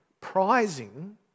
prizing